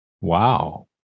Wow